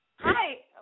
Hi